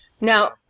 Now